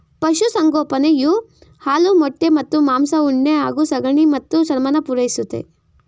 ಪಶುಸಂಗೋಪನೆಯು ಹಾಲು ಮೊಟ್ಟೆ ಮತ್ತು ಮಾಂಸ ಉಣ್ಣೆ ಹಾಗೂ ಸಗಣಿ ಮತ್ತು ಚರ್ಮನ ಪೂರೈಸುತ್ತೆ